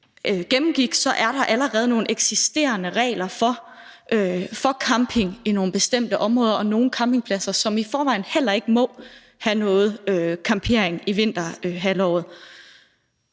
gennemgang, er der allerede nogle eksisterende regler for camping i nogle bestemte områder, og der er nogle campingpladser, hvor der i forvejen heller ikke må camperes i vinterhalvåret.